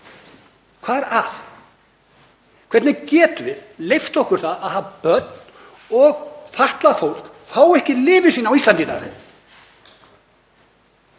Hvað er að? Hvernig getum við leyft okkur að börn og fatlað fólk fái ekki lyfin sín á Íslandi